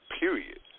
period